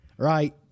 Right